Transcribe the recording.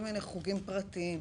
אבל אם יש כל מיני חוגים פרטיים,